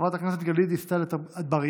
חברת הכנסת גלית דיסטל אטבריאן,